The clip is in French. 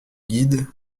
guide